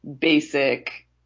basic